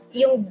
yung